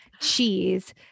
cheese